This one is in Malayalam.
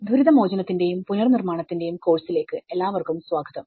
ദുരിതമോചനത്തിന്റെയും പുനർനിർമ്മാണത്തിന്റെയും കോഴ്സിലേക്ക് എല്ലാവർക്കും സ്വാഗതം